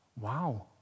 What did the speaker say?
Wow